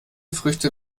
früchte